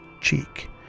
cheek